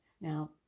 now